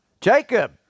Jacob